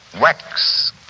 wax